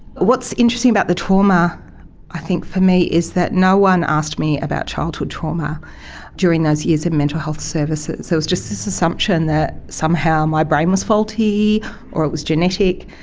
what's interesting about the trauma i think for me is that no one asked me about childhood trauma during those years of mental health services. there was just this assumption that somehow my brain was faulty or it was genetic,